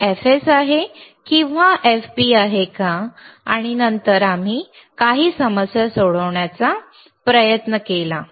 हे fs आहे किंवा हे fp आहे का आणि नंतर आम्ही काही समस्या सोडवण्याचा प्रयत्न केला